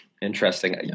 Interesting